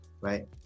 right